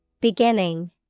Beginning